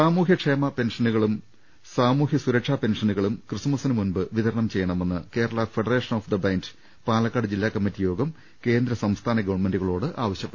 സാമൂഹ്യക്ഷേമ പെൻഷനുകളും സാമൂഹ്യ സുരക്ഷാ പെൻഷ നുകളും ക്രിസ്തുമസിനുമുമ്പ് വിതരണം ചെയ്യണമെന്ന് Kerala federation of the blind Palakkad ജില്ലാ കമ്മിറ്റിയോഗം കേന്ദ്ര സംസ്ഥാന ഗവൺമെന്റുകളോട് ആവശ്യപ്പെട്ടു